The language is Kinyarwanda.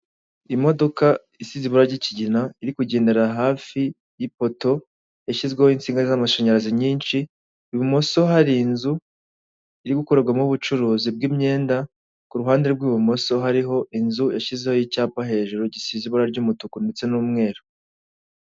Imodoka isize ibara ry'ikigina iri kugendera hafi y'ipoto yashyizweho insinga z'amashanyarazi nyinshi, ibumoso hari inzu iri gukorerwamo ubucuruzi bw'imyenda, ku ruhande rw'ibumoso hariho inzu yashyizeho icyapa hejuru gisize ibara ry'umutuku ndetse n'umweru.